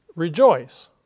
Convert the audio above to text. rejoice